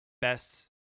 best